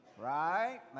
right